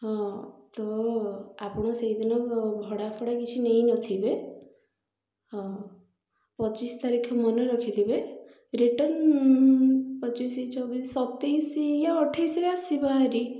ହଁ ତ ଆପଣ ସେହିଦିନ ଭଡ଼ାଫଡ଼ା କିଛି ନେଇନଥିବେ ହଁ ପଚିଶ ତାରିଖ ମନେ ରଖିଥିବେ ରିଟର୍ଣ୍ଣ ପଚିଶ ଚବିଶ ସତେଇଶ ୟା ଅଠେଇଶରେ ଆସିବା ହେରି